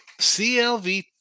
CLV